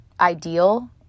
ideal